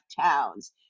towns